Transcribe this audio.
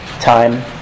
time